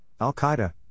Al-Qaeda